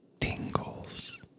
tingles